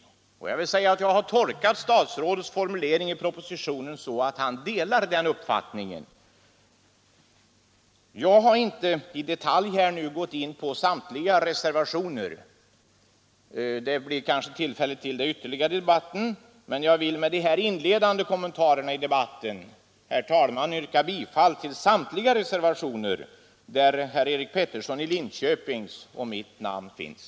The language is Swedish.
Jag har tolkat statsrådets formulering i propositionen så att han delar den uppfattningen. Jag har inte nu i detalj gått in på samtliga reservationer; det blir kanske tillfälle till det senare i debatten. Men jag vill med de här inledande kommentarerna, herr talman, yrka bifall till samtliga reservationer där herr Eric Petersons i Linköping och mitt namn finns.